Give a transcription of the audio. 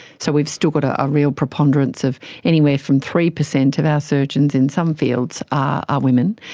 so we've still got a ah real preponderance of anywhere from three percent of our surgeons in some fields are women,